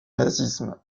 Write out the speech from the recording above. nazisme